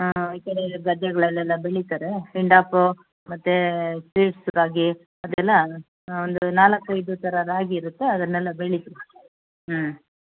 ಹಾಂ ಈ ಕಡೆ ಗದ್ದೆಗಳಲ್ಲೆಲ್ಲ ಬೆಳೀತಾರೆ ಫಿಂಡಾಪು ಮತ್ತು ಸೀಡ್ಸ್ ರಾಗಿ ಅದೆಲ್ಲ ಒಂದು ನಾಲ್ಕು ಐದು ಥರ ರಾಗಿ ಇರುತ್ತೆ ಅದನ್ನೆಲ್ಲ ಬೆಳಿತ ಹ್ಞೂ